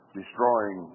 destroying